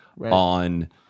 on